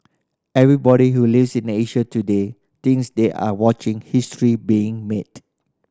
everybody who lives in Asia today thinks they are watching history being made